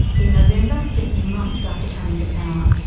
in november, just months after coming to power,